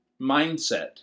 mindset